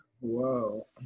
Whoa